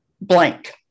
blank